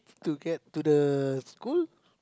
to get to the school